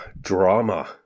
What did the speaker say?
drama